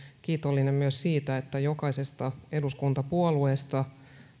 kiitollinen myös siitä että jokaisesta eduskuntapuolueesta